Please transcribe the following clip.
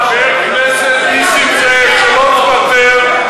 על, חבר הכנסת נסים זאב, שלא תוותר.